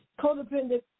Codependent